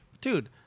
dude